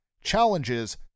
challenges